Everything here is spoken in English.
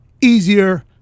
easier